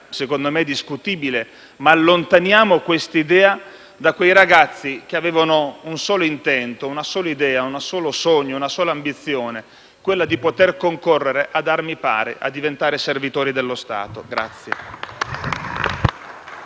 secondo me discutibile, ma allontaniamo questa idea da quei ragazzi che avevano un solo intento, un solo sogno, una sola ambizione: quella di poter concorrere ad armi pari a diventare servitori dello Stato.